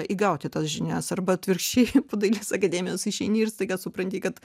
įgauti tas žinias arba atvirkščiai po dailės akademijos išeini ir staiga supranti kad